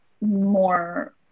More